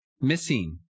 missing